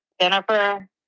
Jennifer